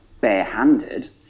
barehanded